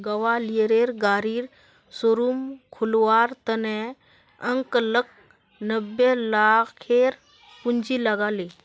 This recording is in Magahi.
ग्वालियरेर गाड़ी शोरूम खोलवार त न अंकलक नब्बे लाखेर पूंजी लाग ले